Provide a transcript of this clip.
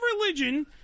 religion